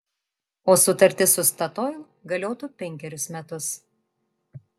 o sutartis su statoil galiotų penkerius metus